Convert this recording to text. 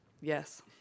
Yes